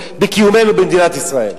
בקיומנו במדינת ישראל.